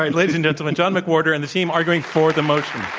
ladies and gentlemen, john mcwhorter and the team arguing for the motion.